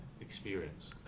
experience